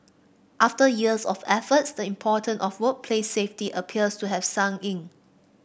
after years of effort the important of workplace safety appears to have sunk in